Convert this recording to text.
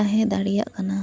ᱛᱟᱦᱮᱸ ᱫᱟᱲᱮᱭᱟᱜ ᱠᱟᱱᱟ